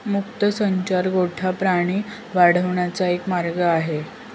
मुक्त संचार गोठा प्राणी वाढवण्याचा एक मार्ग आहे